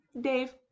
Dave